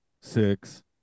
six